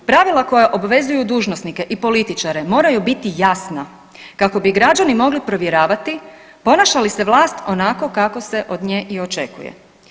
Pravila koja obvezuju dužnosnike i političare moraju biti jasna kako bi građani mogli provjeravati ponaša li se vlast onako kako se od nje i očekuje.